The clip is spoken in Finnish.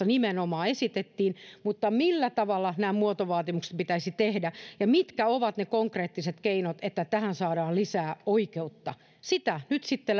nimenomaan esitettiin mutta millä tavalla nämä muotovaatimukset pitäisi tehdä ja mitkä ovat ne konkreettiset keinot joilla tähän saadaan lisää oikeutta sitä nyt sitten